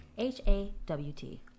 H-A-W-T